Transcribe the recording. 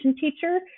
teacher